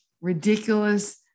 ridiculous